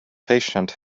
patient